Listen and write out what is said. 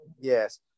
yes